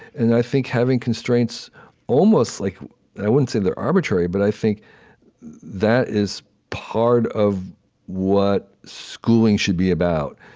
and i think having constraints almost like i wouldn't say they're arbitrary, but i think that is part of what schooling should be about.